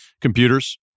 Computers